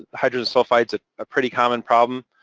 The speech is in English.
hydrogen sulfide's a pretty common problem,